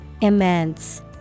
Immense